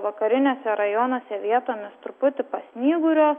vakariniuose rajonuose vietomis truputį pasnyguriuos